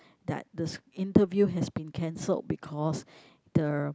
that this interview has been cancelled because the